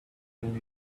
run